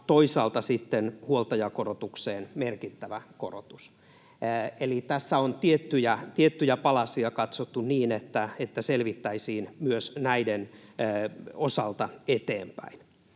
toisaalta sitten huoltajakorotukseen merkittävä korotus. Eli tässä on tiettyjä palasia katsottu niin, että selvittäisiin myös näiden osalta eteenpäin.